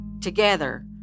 Together